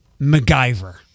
MacGyver